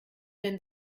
denn